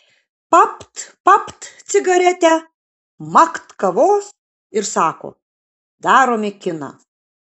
papt papt cigaretę makt kavos ir sako darome kiną